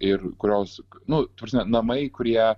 ir kurios nu ta prasme namai kurie